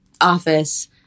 office